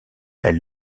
elle